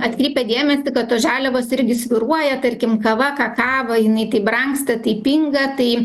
atkreipia dėmesį kad tos žaliavos irgi svyruoja tarkim kava kakava jinai tai brangsta tai pinga tai